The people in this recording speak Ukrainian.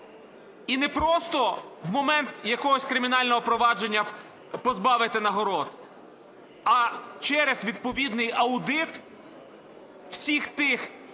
і не просто в момент якогось кримінального провадження позбавити нагород, а через відповідний аудит всіх тих,